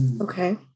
okay